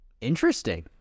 interesting